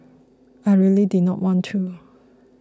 I really did not want to